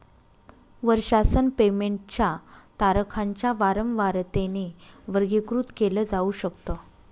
वर्षासन पेमेंट च्या तारखांच्या वारंवारतेने वर्गीकृत केल जाऊ शकत